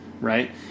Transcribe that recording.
right